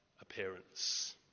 appearance